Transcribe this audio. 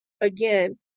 again